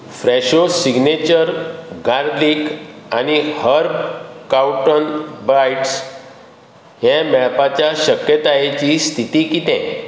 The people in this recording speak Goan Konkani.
फ्रॅशो सिग्नेचर गार्लीक आनी हर्ब काउटन बायटस् हें मेळपाच्या शक्यतायेची स्थिती कितें